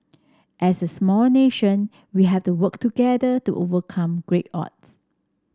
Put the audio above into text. as a small nation we have to work together to overcome great odds